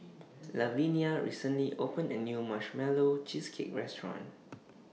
Lavinia recently opened A New Marshmallow Cheesecake Restaurant